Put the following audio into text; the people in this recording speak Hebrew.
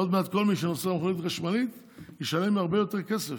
עוד מעט כל מי שנוסע במכונית חשמלית ישלם הרבה יותר כסף.